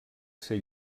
ser